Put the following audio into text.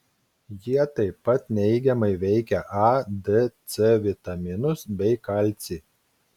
jie tai pat neigiamai veikia a d c vitaminus bei kalcį